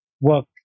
work